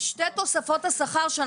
שתי תוספות השכר